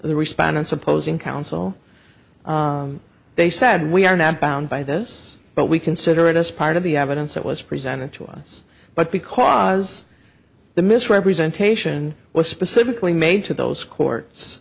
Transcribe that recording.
respondents opposing counsel they said we are not bound by this but we consider it as part of the evidence that was presented to us but because the misrepresentation was specifically made to those courts